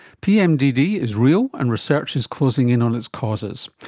pmdd is real and research is closing in on its causes.